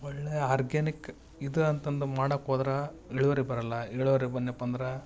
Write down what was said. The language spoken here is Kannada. ಒಳ್ಳೆಯ ಆರ್ಗ್ಯಾನಿಕ್ ಇದು ಅಂತಂದು ಮಾಡಕ್ಕೆ ಹೋದರೆ ಇಳುವರಿ ಬರಲ್ಲ ಇಳುವರಿ ಬನ್ಯಪ್ಪಂದರ